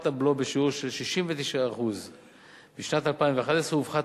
יופחת הבלו בשיעור של 69%. בשנת 2011 הופחת